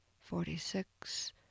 forty-six